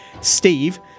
Steve